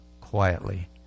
quietly